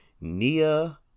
Nia